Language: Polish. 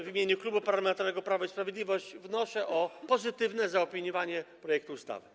W imieniu Klubu Parlamentarnego Prawo i Sprawiedliwość wnoszę o pozytywne zaopiniowanie projektu ustawy.